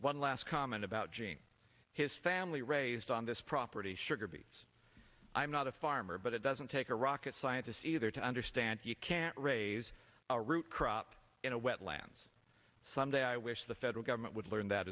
one last comment about james his family raised on this property sugar beets i'm not a farmer but it doesn't take a rocket scientist either to understand you can't raise a root crop in a wetlands some day i wish the federal government would learn that